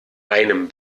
einem